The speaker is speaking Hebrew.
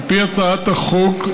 על פי הצעת החוק,